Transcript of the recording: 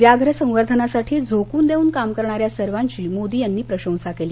व्याघ्र संवर्धनासाठी झोकून देऊन काम करणाऱ्या सर्वांची मोदी यांनी प्रशंसा केली